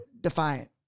Defiant